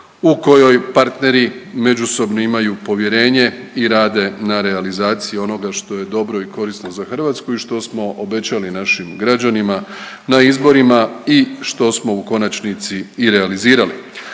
u kojoj partneri međusobno imaju povjerenje i rade na realizaciji onoga što je dobro i korisno za Hrvatsku i što smo obećali našim građanima na izborima i što smo u konačnici i realizirali.